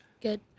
Good